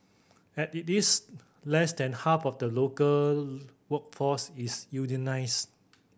at it is less than half of the local workforce is unionised